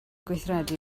gweithredu